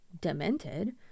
demented